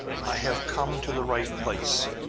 i have come to the right place!